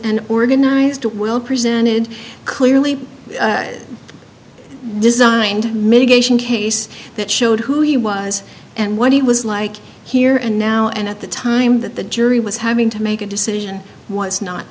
an organized well presented clearly designed mitigation case that showed who he was and what he was like here and now and at the time that the jury was having to make a decision what's not